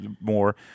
more